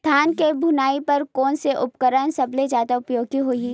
धान के फुनाई बर कोन से उपकरण सबले जादा उपयोगी हे?